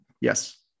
Yes